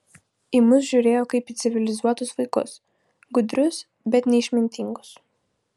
į mus žiūrėjo kaip į civilizuotus vaikus gudrius bet neišmintingus